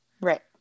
Right